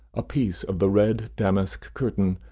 a piece of the red-damask curtain,